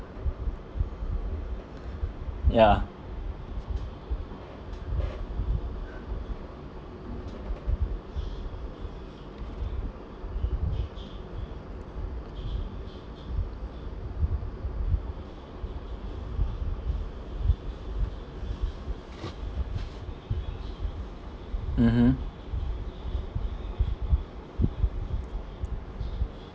yeah mmhmm